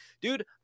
dude